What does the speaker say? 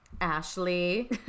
Ashley